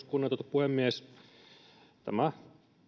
kunnioitettu puhemies tämä